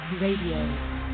Radio